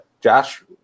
Josh